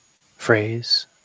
phrase